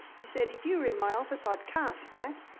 he said, if you were in my office i'd cast that.